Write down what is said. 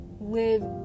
live